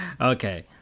okay